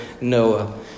Noah